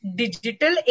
digital